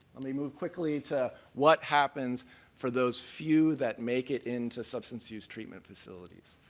let me move quickly to what happens for those few that make it into substance use treatment facilities.